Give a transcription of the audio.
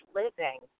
living